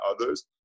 others